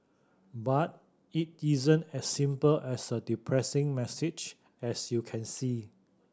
but it isn't as simple as a depressing message as you can see